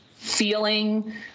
feeling